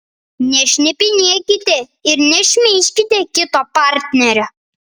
nešnipinėkite ir nešmeižkite kito partnerio